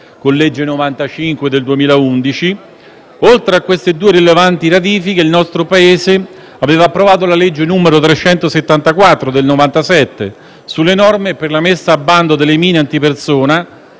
con la legge n. 95 del 2011. Oltre a queste due rilevanti ratifiche, il nostro Paese aveva approvato la legge n. 374 del 1997, sulle norme per la messa al bando delle mine antipersona,